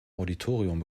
auditorium